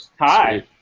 Hi